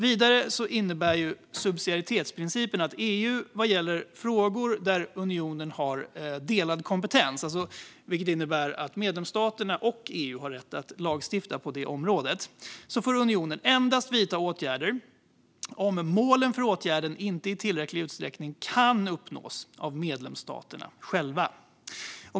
Vidare innebär subsidiaritetsprincipen att unionen i frågor där EU har delad kompetens, vilket innebär att både medlemsstaterna och EU har rätt att lagstifta på området, endast får vidta åtgärder om målen för åtgärden inte i tillräcklig utsträckning kan uppnås av medlemsstaterna själva.